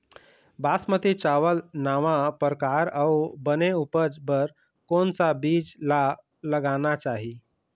बासमती चावल नावा परकार अऊ बने उपज बर कोन सा बीज ला लगाना चाही?